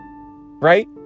right